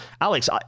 Alex